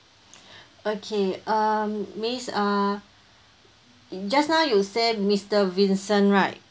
okay um miss uh just now you say mister vincent right